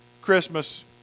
Christmas